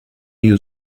you